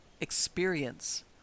experience